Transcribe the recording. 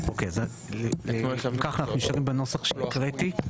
אם כך, אנחנו נשארים בנוסח שהקראתי,